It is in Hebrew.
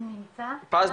מזרחי נמצא פה?